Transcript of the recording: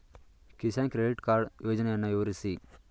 Kisan credit card ಯೋಜನೆಯನ್ನು ವಿವರಿಸಿ?